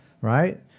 right